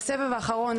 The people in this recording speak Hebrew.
בסבב האחרון,